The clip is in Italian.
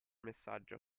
messaggio